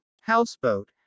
Houseboat